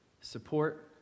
support